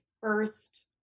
first